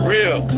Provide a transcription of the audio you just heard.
Real